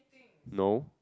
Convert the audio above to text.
no